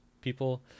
people